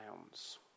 pounds